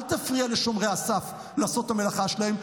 אל תפריע לשומרי הסף לעשות את המלאכה שלהם.